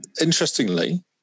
Interestingly